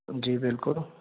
ਜੀ ਬਿਲਕੁਲ